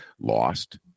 lost